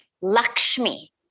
Lakshmi